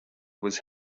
was